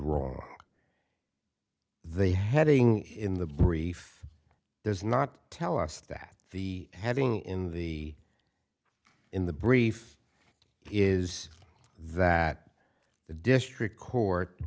wrong the heading in the brief there's not tell us that the having in the in the brief is that the district court